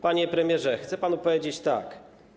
Panie premierze, chcę panu powiedzieć tak.